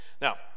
Now